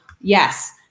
yes